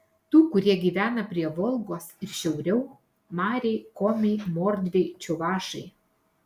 tų kurie gyvena prie volgos ir šiauriau mariai komiai mordviai čiuvašai